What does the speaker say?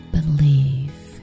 Believe